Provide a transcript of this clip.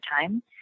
time